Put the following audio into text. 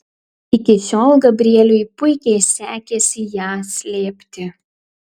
iki šiol gabrieliui puikiai sekėsi ją slėpti